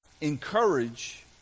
Encourage